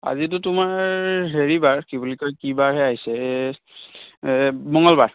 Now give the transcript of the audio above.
আজিতো তোমাৰ হেৰি বাৰ কি বুলি কয় কি বাৰহে আহিছে মঙলবাৰ